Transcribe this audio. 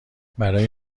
برای